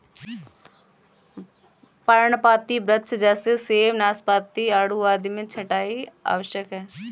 पर्णपाती वृक्ष जैसे सेब, नाशपाती, आड़ू आदि में छंटाई आवश्यक है